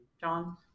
John